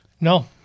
no